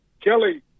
Kelly